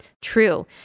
True